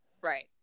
Right